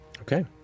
Okay